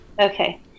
Okay